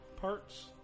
parts